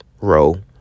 row